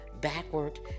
backward